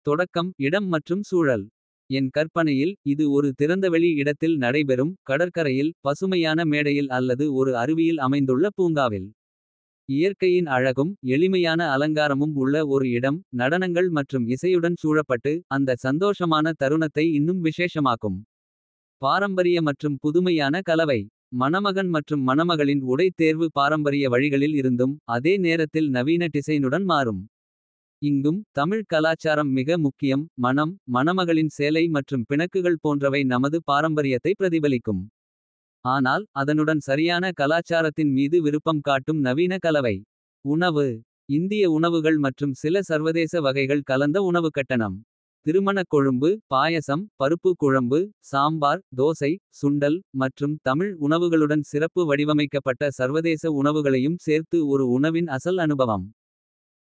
தொடக்கம் இடம் மற்றும் சூழல் என் கற்பனையில். இது ஒரு திறந்தவெளி இடத்தில் நடைபெறும். கடற்கரையில் பசுமையான மேடையில் அல்லது ஒரு. அருவியில் அமைந்துள்ள பூங்காவில் இயற்கையின் அழகும். எளிமையான அலங்காரமும் உள்ள ஒரு இடம். நடனங்கள் மற்றும் இசையுடன் சூழப்பட்டு. அந்த சந்தோஷமான தருணத்தை இன்னும் விசேஷமாக்கும். பாரம்பரிய மற்றும் புதுமையான கலவை மணமகன். மற்றும் மணமகளின் உடைத் தேர்வு பாரம்பரிய வழிகளில் இருந்தும். அதே நேரத்தில் நவீன டிசைனுடன் மாறும் இங்கும். தமிழ் கலாச்சாரம் மிக முக்கியம் மணம். மணமகளின் சேலை மற்றும் பிணக்குகள் போன்றவை. நமது பாரம்பரியத்தைப் பிரதிபலிக்கும் ஆனால். அதனுடன் சரியான கலாச்சாரத்தின் மீது. விருப்பம் காட்டும் நவீன கலவை. உணவு இந்திய உணவுகள் மற்றும் சில சர்வதேச. வகைகள் கலந்த உணவுக்கட்டணம் திருமணக் கொழும்பு. பாயசம் பருப்பு குழம்பு சாம்பார் தோசை சுண்டல். மற்றும் தமிழ் உணவுகளுடன் சிறப்பு வடிவமைக்கப்பட்ட. சர்வதேச உணவுகளையும் சேர்த்து ஒரு உணவின் அசல் அனுபவம்.